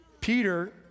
Peter